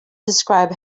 describe